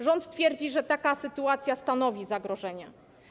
Rząd twierdzi, że taka sytuacja stanowi zagrożenie.